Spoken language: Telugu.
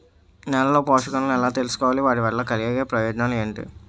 నేలలో పోషకాలను ఎలా తెలుసుకోవాలి? వాటి వల్ల కలిగే ప్రయోజనాలు ఏంటి?